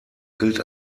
gilt